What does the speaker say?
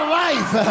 life